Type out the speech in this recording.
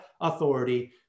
authority